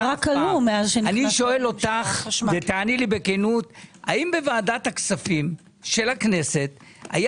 אני שואל אותך ותעני לי בכנות - האם בוועדת הכספים של הכנסת היה